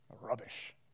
Rubbish